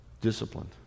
disciplined